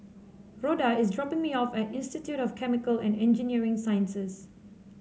Rhoda is dropping me off at Institute of Chemical and Engineering Sciences